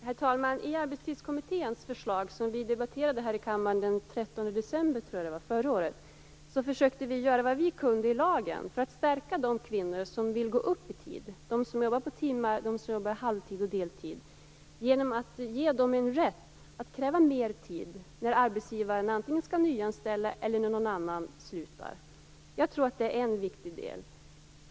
Herr talman! Vi debatterade Arbetstidskommitténs förslag här i kammaren den 13 december, tror jag, förra året. Vi försökte göra vad vi kunde i lagen för att stärka de kvinnor som vill gå upp i tid - de som jobbar på timmar och de som jobbar halvtid och deltid - genom att ge dem rätt att kräva mer tid när arbetsgivaren antingen skall nyanställa eller när någon annan slutar. Jag tror att det är en viktig del.